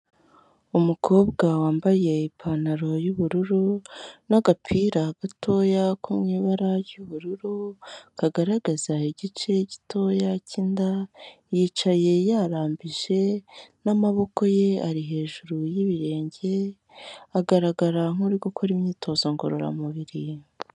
Umukobwa wambaye ipantaro y'ubururu n'agapira gatoya ko mu ibara ry'ubururu, kagaragaza igice gitoya cy'inda, yicaye yarambije n'amaboko ye ari hejuru y'ibirenge, agaragara nk'uri gukora imyitozo ngororamubiri.